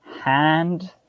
hand